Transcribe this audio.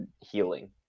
healing